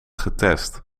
getest